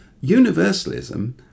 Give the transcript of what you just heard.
Universalism